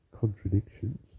contradictions